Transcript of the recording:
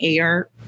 AR